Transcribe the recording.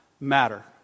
matter